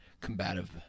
combative